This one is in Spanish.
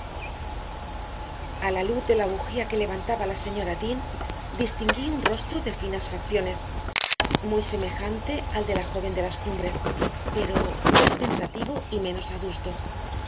la luz de la bujía que levantaba la señora dean distinguí un rostro de finas facciones muy semejante al de la joven de las cumbres pero más pensativo y menos adusto